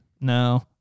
No